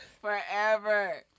forever